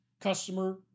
customer